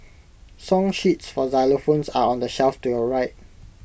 song sheets for xylophones are on the shelf to your right